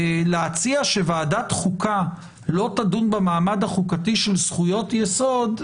להציע שוועדת החוקה לא תדון במעמד החוקתי של זכויות יסוד,